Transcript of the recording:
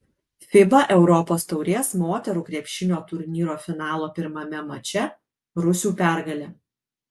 fiba europos taurės moterų krepšinio turnyro finalo pirmame mače rusių pergalė